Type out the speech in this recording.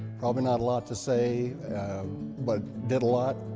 probably not a lot to say but did a lot.